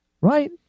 Right